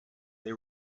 they